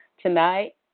Tonight